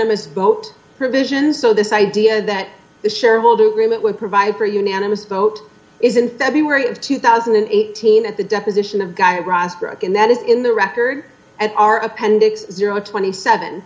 provisions so this idea that the shareholder agreement would provide for a unanimous vote is in february of two thousand and eighteen at the deposition of guy ross greg and that is in the record and our appendix twenty seven